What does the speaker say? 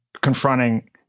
confronting